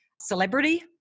celebrity